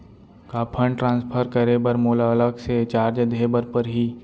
का fund transfer करे बर मोला अलग से चार्ज देहे बर परही?